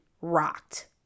rocked